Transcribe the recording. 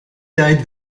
tijd